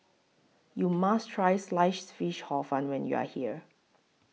YOU must Try Sliced Fish Hor Fun when YOU Are here